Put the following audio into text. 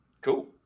Cool